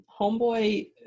homeboy